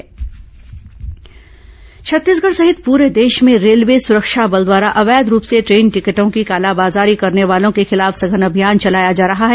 ticket दलाल अभियान छत्तीसगढ़ सहित पूरे देश में रेलवे सुरक्षा बल द्वारा अवैध रूप से ट्रेन टिकटों की कालाबाजारी करने वालों के खिलाफ सघन अभियान चलाया जा रहा है